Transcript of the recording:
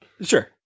Sure